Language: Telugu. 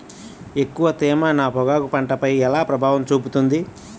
ఎక్కువ తేమ నా పొగాకు పంటపై ఎలా ప్రభావం చూపుతుంది?